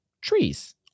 trees